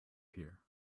pier